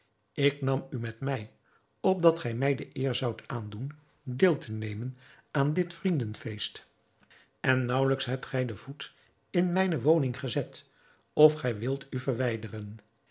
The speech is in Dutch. ik nam u met mij opdat gij mij de eer zoudt aandoen deel te nemen aan dit vriendenfeest en naauwelijks hebt gij den voet in mijne woning gezet of gij wilt u verwijderen